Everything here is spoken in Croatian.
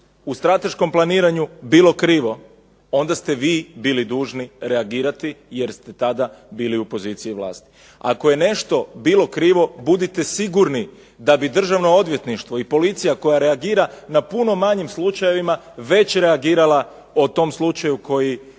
u strateškom planiranju bilo krivo onda ste vi bili dužni reagirati jer ste tada bili u poziciji vlasti. Ako je nešto bilo krivo budite sigurni da bi Državno odvjetništva i policija koja reagira na puno manjim slučajevima već reagirala u slučaju